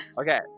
Okay